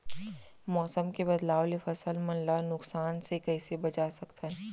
मौसम के बदलाव ले फसल मन ला नुकसान से कइसे बचा सकथन?